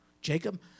Jacob